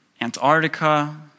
Antarctica